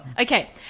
Okay